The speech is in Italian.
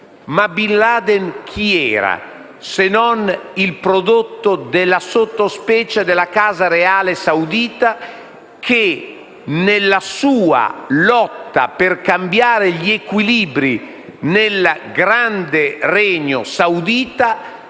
Ma Bin Laden chi era, se non il prodotto della sottospecie della casa reale saudita che nella sua lotta per cambiare gli equilibri nel grande regno saudita